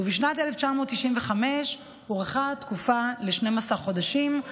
בשנת 1995 הוארכה התקופה ל-12 חודשים,